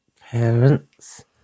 parents